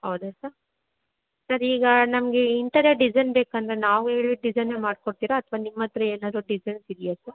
ಹೌದಾ sir sir ಈಗ ನಮಗೆ ಇಂಥದೇ ಡಿಸೈನ್ ಬೇಕಂದರೆ ನಾವು ಹೇಳಿದ ಡಿಸೈನೇ ಮಾಡ್ಕೊಡ್ತೀರಾ ಅಥವಾ ನಿಮ್ಮ ಹತ್ರ ಏನಾದ್ರೂ ಡಿಸೈನ್ಸ್ ಇದ್ಯಾ ಸರ್